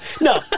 No